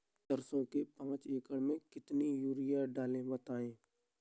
सरसो के पाँच एकड़ में कितनी यूरिया डालें बताएं?